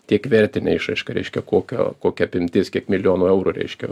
tiek vertine išraiška reiškia kokio kokia apimtis kiek milijonų eurų reiškia